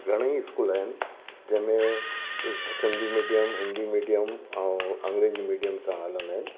घणेई स्कूल आहिनि जंहिंमें सिंधी मीडियम हिंदी मीडियम ऐं अंग्रेजी मीडियम सां हलंदा आहिनि